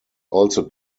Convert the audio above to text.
also